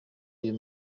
uyu